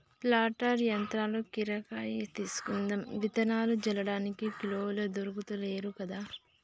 planter యంత్రం కిరాయికి తీసుకుందాం విత్తనాలు జల్లడానికి కూలోళ్లు దొర్కుతలేరు కదా